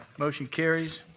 motion carries.